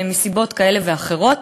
מסיבות כאלה ואחרות,